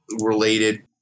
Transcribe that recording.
related